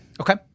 Okay